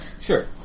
sure